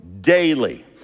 Daily